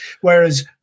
Whereas